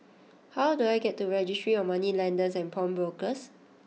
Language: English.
how do I get to Registry of Moneylenders and Pawnbrokers